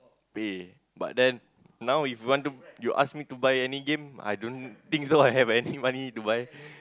pay but then now if want to if you ask me to buy any game I don't think so I have any money to buy